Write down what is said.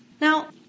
Now